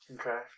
Okay